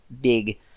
big